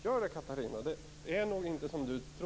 Gör det, Catarina Rönnung!